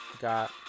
got